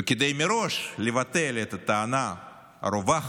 וכדי לבטל מראש את הטענה הרווחת